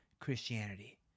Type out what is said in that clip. Christianity